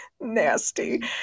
Nasty